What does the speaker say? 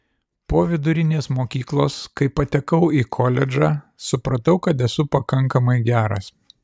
po vidurinės mokyklos kai patekau į koledžą supratau kad esu pakankamai geras